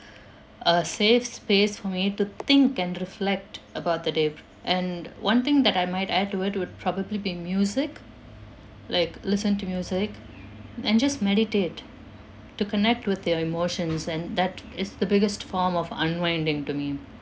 a safe space for me to think and reflect about the day and one thing that I might add to it would probably be music like listen to music and just meditate to connect with your emotions and that is the biggest form of unwinding to me